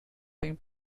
being